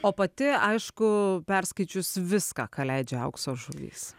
o pati aišku perskaičius viską ką leidžia aukso žuvys